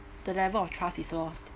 the level of trust is lost